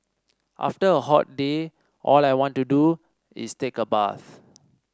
after a hot day all I want to do is take a bath